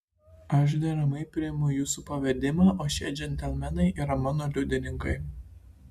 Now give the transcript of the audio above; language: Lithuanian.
aš deramai priimu jūsų pavedimą o šie džentelmenai yra mano liudininkai